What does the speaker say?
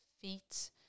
feet